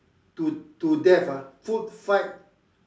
to to death ah food fight